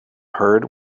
heard